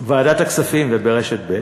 בוועדת הכספים וברשת ב',